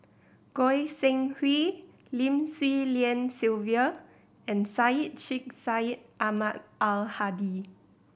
Goi Seng Hui Lim Swee Lian Sylvia and Syed Sheikh Syed Ahmad Al Hadi